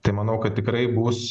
tai manau kad tikrai bus